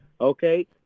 okay